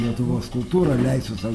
lietuvos kultūra leisiu sau